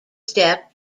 step